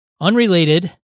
Unrelated